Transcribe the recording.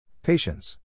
Patience